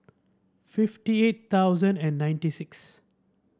fifty eight thousand and ninety six